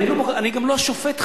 אני גם לא השופט,